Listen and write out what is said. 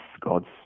God's